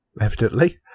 evidently